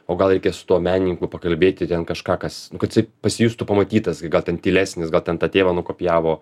o gal reikia su tuo menininku pakalbėti ten kažką kas kad jisai pasijustų pamatytas gal ten tylesnis gal ten tą tėvą nukopijavo